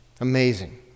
Amazing